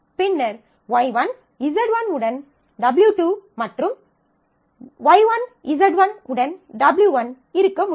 பின்னர் Y1 Z1 உடன் W2 மற்றும் Y1 Z1 உடன் W1 இருக்க முடியும்